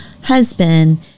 husband